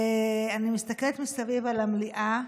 אני מסתכלת מסביב על המליאה.